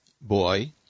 boy